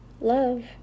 love